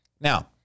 Now